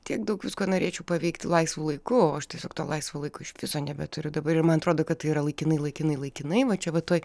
tiek daug visko norėčiau paveikti laisvu laiku o aš tiesiog to laisvo laiko iš viso nebeturiu dabar ir man atrodo kad tai yra laikinai laikinai laikinai va čia va tuoj